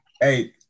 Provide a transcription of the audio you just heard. Hey